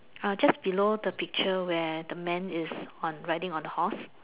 uh just below the picture where the man is on riding on the horse